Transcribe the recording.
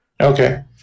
okay